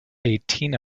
eighteen